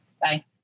Bye